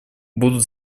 будут